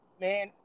man